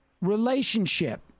relationship